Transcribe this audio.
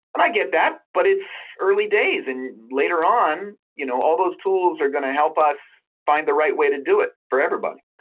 and i get that, but it's early days, and later on you know all those tools are going to help us find the right way to do it for everybody.